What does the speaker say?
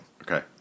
Okay